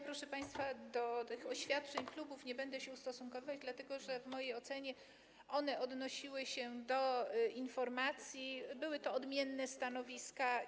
Proszę państwa, do tych oświadczeń klubów nie będę się ustosunkowywać, dlatego że w mojej ocenie one odnosiły się do informacji, były to odmienne stanowiska.